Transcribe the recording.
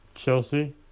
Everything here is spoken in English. Chelsea